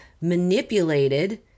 manipulated